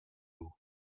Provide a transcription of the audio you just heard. haut